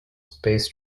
space